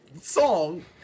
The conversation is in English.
song